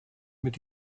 mit